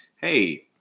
hey